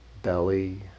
belly